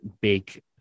big